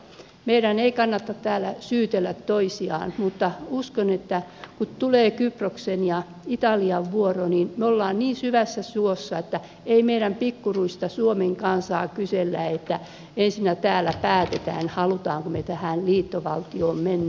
meidän ei kannata täällä syytellä toisiamme mutta uskon että kun tulee kyproksen ja italian vuoro me olemme niin syvässä suossa että ei meidän pikkuruiselta suomen kansalta kysellä että ensin me täällä päättäisimme haluaisimmeko tähän liittovaltioon mennä